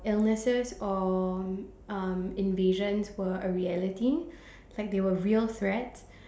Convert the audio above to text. illnesses or um invasions were a reality like they were real threats